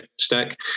stack